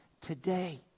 today